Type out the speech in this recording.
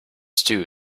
stew